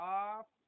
off